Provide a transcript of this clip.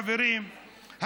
חברים,